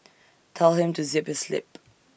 tell him to zip his lip